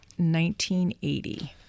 1980